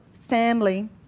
family